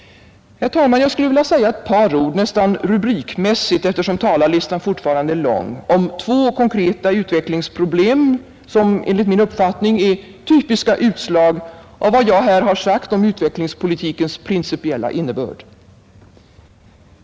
Herr talman! Jag skulle vilja säga ett par ord, nästan rubrikmässigt eftersom talarlistan fortfarande är lång, om två konkreta utvecklingsproblem, som enligt min uppfattning är typiska utslag av vad jag här har sagt om utvecklingspolitikens principiella innebörd.